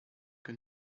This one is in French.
que